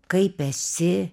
kaip esi